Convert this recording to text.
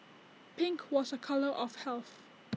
pink was A colour of health